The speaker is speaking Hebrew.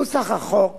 נוסח החוק